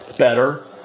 Better